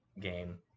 game